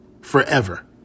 forever